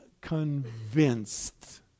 convinced